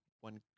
one